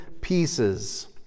pieces